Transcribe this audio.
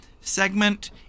segment